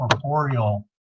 corporeal